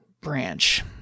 branch